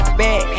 back